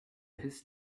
his